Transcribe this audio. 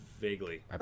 Vaguely